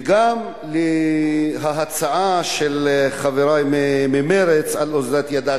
וגם ההצעה של חברי ממרצ על אוזלת ידה